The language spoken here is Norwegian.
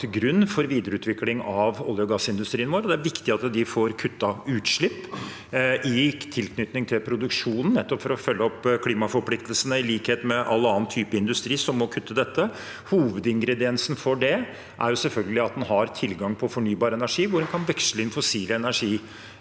grunn for videreutvikling av olje- og gassindustrien vår. Det er viktig at vi får kuttet utslipp i tilknytning til produksjonen nettopp for å følge opp klimaforpliktelsene – i likhet med all annen type industri som må kutte dette. Hovedingrediensen for det er selvfølgelig at en har tilgang på fornybar energi, hvor en kan veksle inn fossil energibruk